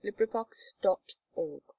Librivox.org